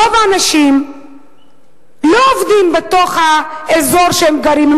רוב האנשים לא עובדים באזור שהם גרים בו,